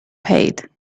paid